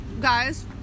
guys